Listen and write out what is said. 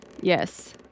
Yes